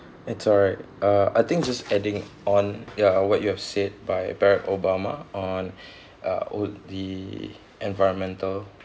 it's alright uh I think just adding on ya of what you have said by barack obama on uh would the environmental